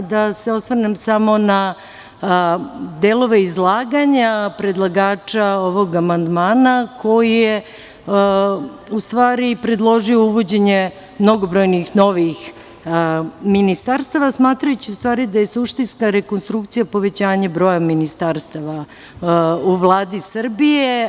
Samo da se osvrnem na delove izlaganja predlagača ovog amandmana, koji je u stvari predložio uvođenje mnogobrojnih novih ministarstava, smatrajući da je suštinska rekonstrukcija povećanje broja ministarstava u Vladi Srbije.